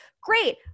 great